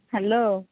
hello